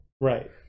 right